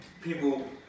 people